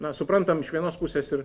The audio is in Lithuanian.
na suprantam iš vienos pusės ir